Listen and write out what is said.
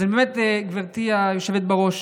אז באמת, גברתי היושבת בראש,